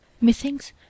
Methinks